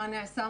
מה נעשה,